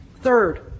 Third